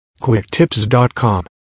QuickTips.com